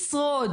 להצליח לשרוד.